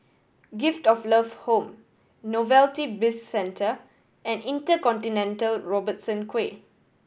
Gift of Love Home Novelty Bizcentre and InterContinental Robertson Quay